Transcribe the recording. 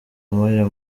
moya